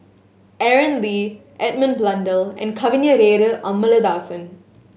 Aaron Lee Edmund Blundell and Kavignareru Amallathasan